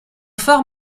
phare